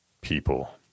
people